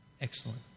Excellent